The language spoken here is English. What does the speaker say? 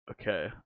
Okay